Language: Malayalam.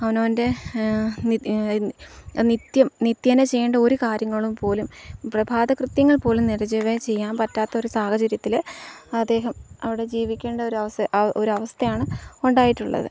അവനവൻ്റെ നിത്യം നിത്യേനെ ചെയ്യേണ്ട ഒരു കാര്യങ്ങളും പോലും പ്രഭാതകൃത്യങ്ങൾ പോലും നേരെചൊവ്വേ ചെയ്യാൻ പറ്റാത്ത ഒരു സാഹചര്യത്തില് അദ്ദേഹം അവിടെ ജീവിക്കേണ്ട ഒരവസ്ഥയാണ് ഉണ്ടായിട്ടുള്ളത്